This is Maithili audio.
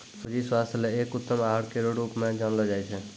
सूजी स्वास्थ्य ल एक उत्तम आहार केरो रूप म जानलो जाय छै